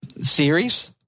series